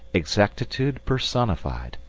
exactitude personified,